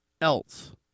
else